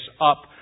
up